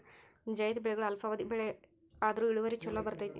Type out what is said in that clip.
ಝೈದ್ ಬೆಳೆಗಳು ಅಲ್ಪಾವಧಿ ಬೆಳೆ ಆದ್ರು ಇಳುವರಿ ಚುಲೋ ಬರ್ತೈತಿ